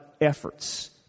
efforts